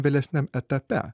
vėlesniam etape